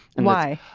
and why?